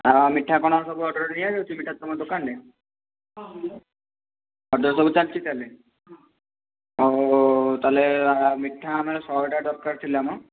ଆ ମିଠା କ'ଣ ସବୁ ଅର୍ଡ଼ର୍ ଦିଆଯାଉଛି ମିଠା ତୁମ ଦୋକାନରେ ଆଉ ଦ ସବୁ ଚାଲିଛି ତାହାଲେ ତାହାଲେ ମିଠା ଆମର ଶହେଟା ଦରକାର ଥିଲା ମ